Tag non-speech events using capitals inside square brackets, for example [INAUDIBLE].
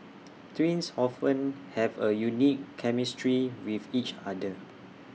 [NOISE] twins often have A unique chemistry with each other